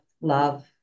love